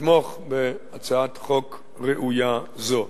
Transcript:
לתמוך בהצעת חוק ראויה זו.